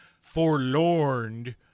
forlorn